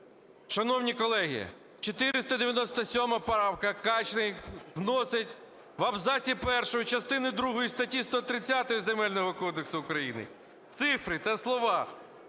Шановні колеги, 497 правка, Качний, вносить в абзаці першому частини другої статті 130 Земельного кодексу України цифри та слова